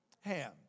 ham